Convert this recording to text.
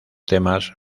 temas